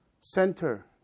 center